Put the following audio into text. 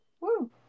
Woo